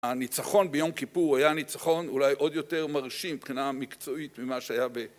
הניצחון ביום כיפור היה ניצחון אולי עוד יותר מרשים מבחינה מקצועית ממה שהיה ב...